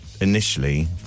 initially